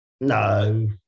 No